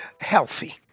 healthy